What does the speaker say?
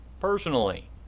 personally